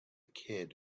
kid